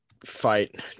fight